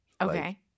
Okay